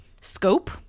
Scope